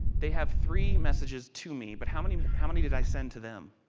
they have three messages to me, but how many how many did i send to them.